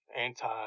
anti